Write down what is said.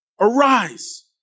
Arise